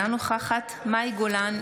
אינה נוכחת מאי גולן,